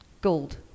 gold